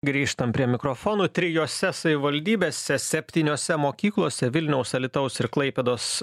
grįžtam prie mikrofonų trijose savivaldybėse septyniose mokyklose vilniaus alytaus ir klaipėdos